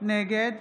נגד